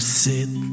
sit